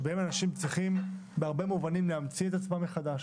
שבה אנשים צריכים במובנים רבים להמציא את עצמם מחדש,